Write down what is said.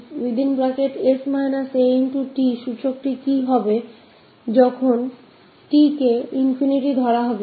तो फिर से यहाँ वही परेशानी है की इस exponential 𝑒−𝑠−𝑎𝑡 का क्या होगा जब यह t ∞ की तरफ जाएगा